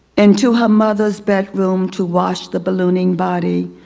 into her mother's bedroom to wash the ballooning body.